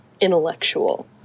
intellectual